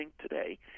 today